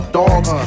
dogs